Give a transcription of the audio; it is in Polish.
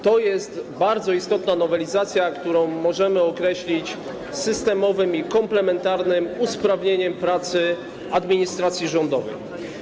To jest bardzo istotna nowelizacja, którą możemy określić systemowym i komplementarnym usprawnieniem pracy administracji rządowej.